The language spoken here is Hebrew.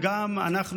וגם אנחנו,